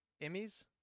Emmys